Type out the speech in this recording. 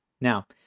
now